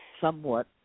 somewhat